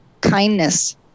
kindness